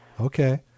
Okay